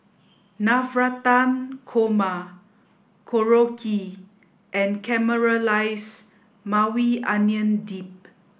Navratan Korma Korokke and Caramelized Maui Onion Dip